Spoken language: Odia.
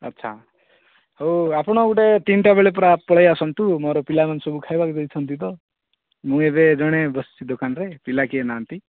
ଆଛା ହଉ ଆପଣ ଗୋଟେ ତିନିଟା ବେଳେ ପଳେଇ ଆସନ୍ତୁ ମୋର ପିଲାମାନେ ସବୁ ଖାଇବାକୁ ଯାଇଛନ୍ତି ତ ମୁଁ ଏବେ ଜଣେ ବସିଛି ଦୋକାନରେ ପିଲା କେହି ନାହାନ୍ତି